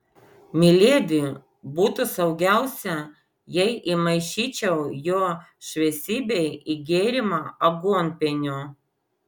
miledi būtų saugiausia jei įmaišyčiau jo šviesybei į gėrimą aguonpienio